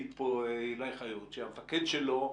העיד כאן עילי חיות שהמפקד שלו,